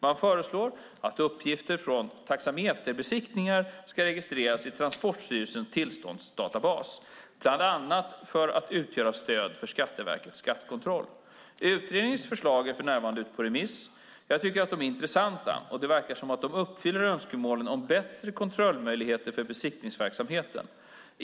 Man föreslår att uppgifter från taxameterbesiktningar ska registreras i Transportstyrelsens tillståndsdatabas, bland annat för att utgöra stöd för Skatteverkets skattekontroll. Utredningens förslag är för närvarande ute på remiss. Jag tycker att de är intressanta, och det verkar som om de uppfyller önskemålen om bättre kontrollmöjligheter för beskattningsverksamheten.